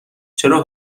چرا